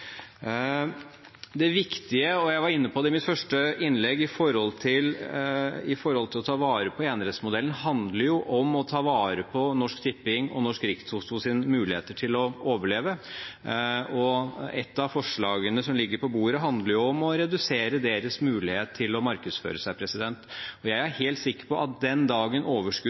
Det viktige – og jeg var inne på det i mitt første innlegg – når det gjelder å ta vare på enerettsmodellen, er å ta vare på Norsk Tippings og Norsk Rikstotos muligheter til å overleve, og ett av forslagene som ligger på bordet, handler jo om å redusere deres mulighet til å markedsføre seg. Jeg er helt sikker på at den dagen